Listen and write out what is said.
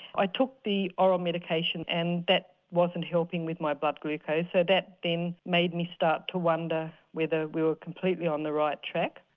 i took the oral medication and that wasn't helping with my blood glucose so that then made me start to wonder whether ah we were completely on the right track.